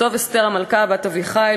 "ותכתֹב אסתר המלכה בת-אביחיל,